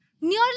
nearly